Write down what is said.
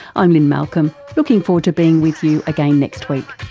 i'm lynne malcolm, looking forward to being with you again next week